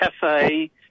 cafe